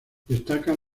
destacan